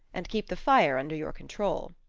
and keep the fire under your control.